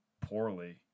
poorly